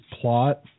plot